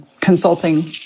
consulting